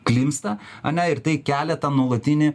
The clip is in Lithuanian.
klimpsta ar ne ir tai kelia tą nuolatinį